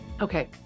Okay